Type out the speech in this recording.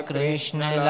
Krishna